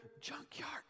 Junkyard